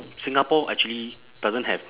singapore actually doesn't have